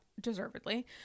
deservedly